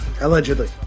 Allegedly